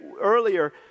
earlier